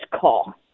call